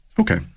Okay